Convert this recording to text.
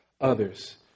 others